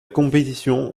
compétition